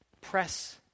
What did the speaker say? press